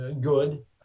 good